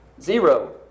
Zero